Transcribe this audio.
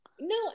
No